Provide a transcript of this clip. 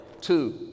Two